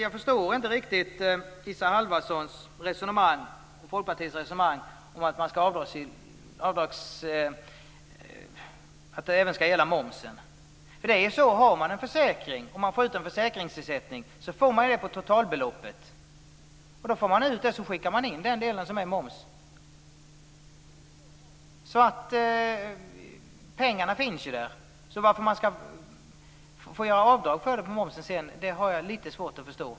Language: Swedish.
Jag förstår inte riktigt Isa Halvarssons och Folkpartiets resonemang om att avdragsrätten även skall gälla momsen. Har man en försäkring får man ju ut en försäkringsersättning på totalbeloppet, och sedan skickar man in den delen som är moms. Pengarna finns alltså där, så varför man sedan skall få göra avdrag på momsen har jag litet svårt att förstå.